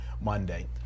Monday